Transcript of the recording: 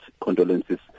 condolences